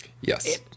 Yes